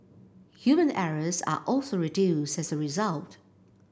human errors are also reduced as a result